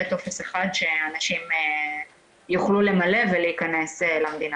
טופס אחד שאנשים יוכלו למלא ולהיכנס למדינה.